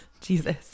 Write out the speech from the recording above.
Jesus